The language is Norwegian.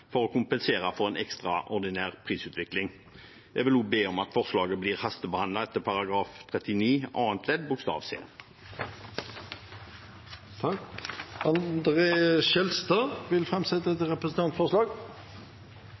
for å kompensere for en ekstraordinær prisutvikling. Jeg vil også be om at forslaget blir hastebehandlet etter § 39 annet ledd bokstav c i Stortingets forretningsorden. Representanten André N. Skjelstad vil framsette et representantforslag.